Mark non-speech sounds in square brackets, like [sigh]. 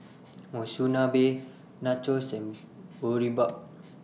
Monsunabe Nachos and [noise] Boribap